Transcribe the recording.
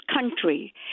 country